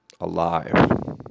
Alive